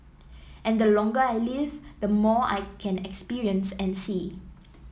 and the longer I live the more I can experience and see